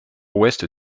ouest